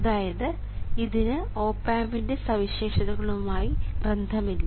അതായത് ഇതിന് ഓപ് ആമ്പിൻറെ സവിശേഷതകളുമായി ബന്ധമില്ല